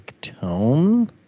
tone